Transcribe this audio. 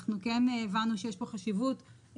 רק לפני זה אני אסביר לך איך אנחנו עובדים פה בוועדה.